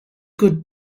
good